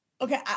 okay